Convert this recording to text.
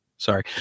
Sorry